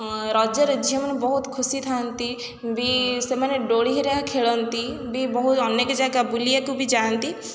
ରଜରେ ଝିଅମାନେ ବହୁତ ଖୁସି ଥାଆନ୍ତି ବି ସେମାନେ ଦୋଳିହରା ଖେଳନ୍ତି ବି ବହୁତ ଅନେକ ଜାଗା ବୁଲିବାକୁ ବି ଯାଆନ୍ତି